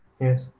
Yes